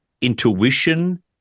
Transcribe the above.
intuition